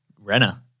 Renner